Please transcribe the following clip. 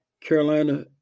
Carolina